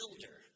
builder